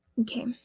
Okay